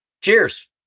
cheers